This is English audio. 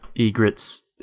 egret's